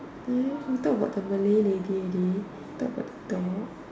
hmm we talk about the Malay lady already talk about the dog